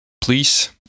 please